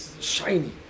shiny